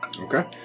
Okay